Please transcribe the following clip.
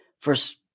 first